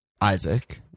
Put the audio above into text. Isaac